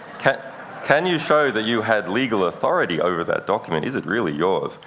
can can you show that you had legal authority over that document? is it really yours?